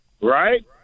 Right